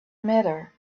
matter